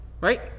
Right